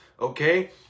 Okay